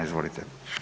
Izvolite.